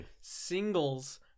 singles